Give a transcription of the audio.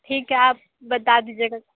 ठीक है आप बता दीजिएगा